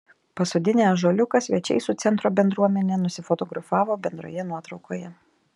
pasodinę ąžuoliuką svečiai su centro bendruomene nusifotografavo bendroje nuotraukoje